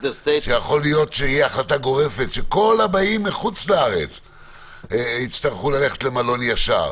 שיכול להיות שכל הבאים מחו"ל יצטרכו ללכת למלון ישר,